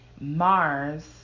Mars